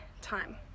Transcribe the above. time